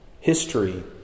History